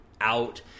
out